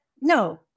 no